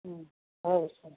अँ हवस् हवस्